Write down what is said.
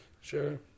Sure